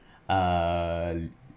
uh